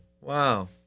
wow